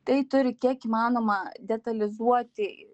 tai turi kiek įmanoma detalizuoti